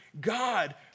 God